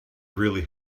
really